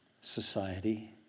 society